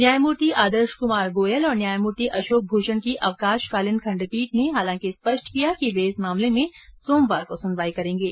न्यायमूर्ति आदर्श कुमार गोयल और न्यायमूर्ति अशोक भूषण की अवकाशकालीन खडपीठ ने हालांकि स्पष्ट किया कि वे इस मामले में सोमवार को सुनवाई करेंगे